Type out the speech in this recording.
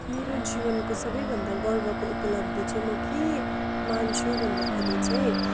मेरो जीवनको सबैभन्दा गर्वको उपलब्धि चाहिँ के मान्छु भन्दाखेरि चाहिँ